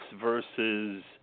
versus